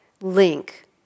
link